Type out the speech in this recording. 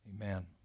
Amen